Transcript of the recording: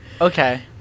Okay